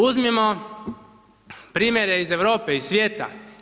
Uzmimo primjere iz Europe, iz svijeta.